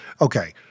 okay